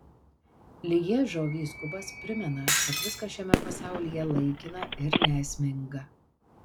lježo vyskupas primena kad viskas šiame pasaulyje laikina ir neesminga